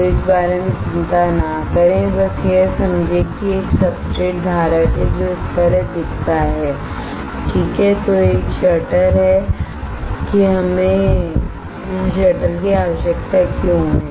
तो इस बारे में चिंता न करें बस यह समझें कि एक सब्सट्रेट धारक है जो इस तरह दिखता है ठीक है तो एक शटर है कि हमें शटर की आवश्यकता क्यों है